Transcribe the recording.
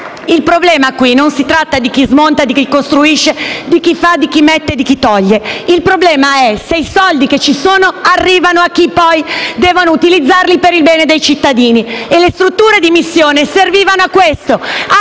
il problema non riguarda chi smonta e chi costruisce, chi fa, chi mette e chi toglie; il problema è se i soldi che ci sono arrivano a chi poi deve utilizzarli per il bene dei cittadini. E le strutture di missione servivano a questo: